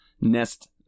nest